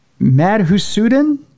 Madhusudan